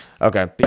Okay